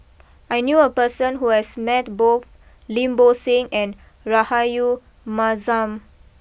I knew a person who has met both Lim Bo Seng and Rahayu Mahzam